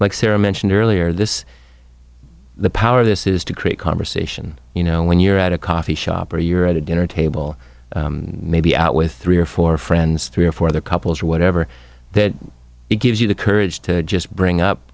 like sarah mentioned earlier this the power of this is to create conversation you know when you're at a coffee shop or you're at a dinner table maybe out with three or four friends three or four other couples or whatever that gives you the courage to just bring up